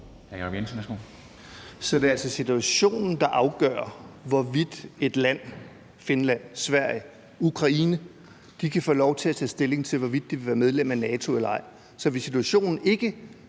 Så det er altså situationen, der afgør, hvorvidt et land – Finland, Sverige, Ukraine – kan få lov til at tage stilling til, hvorvidt de vil være medlem af NATO eller ej. Så hvis situationen ikke